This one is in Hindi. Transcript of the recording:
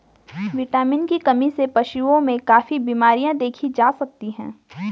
विटामिन की कमी से पशुओं में काफी बिमरियाँ देखी जा सकती हैं